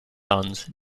sons